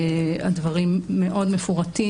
הדברים מאוד מפורטים.